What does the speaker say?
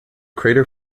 crater